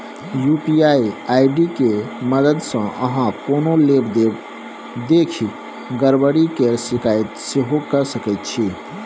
UPI ID के मददसँ अहाँ कोनो लेब देब देखि गरबरी केर शिकायत सेहो कए सकै छी